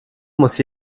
muss